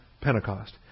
Pentecost